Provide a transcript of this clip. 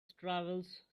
travels